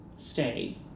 stay